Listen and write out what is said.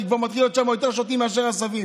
כי כבר מתחיל להיות שם יותר שוטים מאשר עשבים.